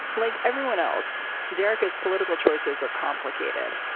like everyone else, derek has political choices are complicated.